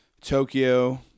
Tokyo